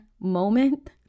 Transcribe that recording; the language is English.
moment